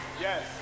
Yes